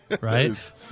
Right